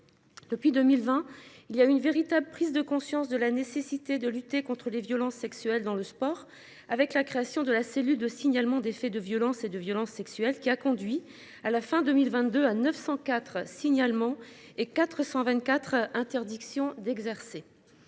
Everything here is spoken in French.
Depuis 2020 il y a eu une véritable prise de conscience de la nécessité de lutter contre les violences sexuelles dans le sport avec la création de la cellule de signalement des faits de violence et de violences sexuelles qui a conduit à la fin 2022 à 904 signalements et 424 interdiction d'exercer.